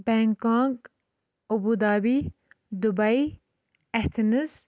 Bangkok Abu Dhabi Dubai Athens